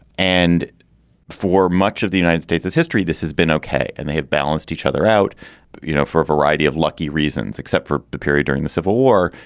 and for much of the united states, its history, this has been ok. and they have balanced each other out you know for a variety of luckie reasons, except for the period during the civil war,